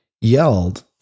yelled